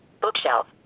Bookshelf